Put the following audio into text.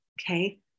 okay